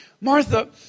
Martha